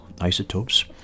isotopes